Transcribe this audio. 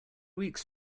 weeks